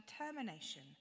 determination